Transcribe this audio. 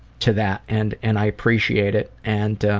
to that and and i appreciate it. and